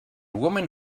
woman